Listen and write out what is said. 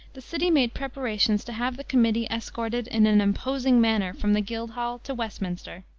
the city made preparations to have the committee escorted in an imposing manner from the guildhall to westminster.